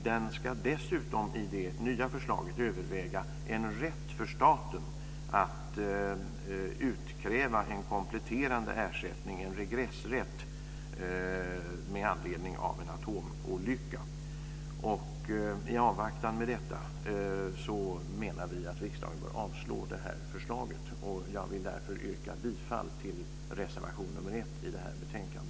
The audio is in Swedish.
Den ska dessutom i det nya förslaget överväga en rätt för staten att utkräva en kompletterande ersättning, en regressrätt, med anledning av en atomolycka. I avvaktan på detta menar vi att riksdagen bör avslå förslaget. Jag vill därför yrka bifall till reservation nr 1 i detta betänkande.